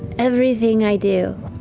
everything i do,